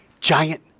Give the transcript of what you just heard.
Giant